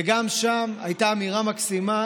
וגם שם הייתה אמירה מקסימה